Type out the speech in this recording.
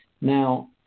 Now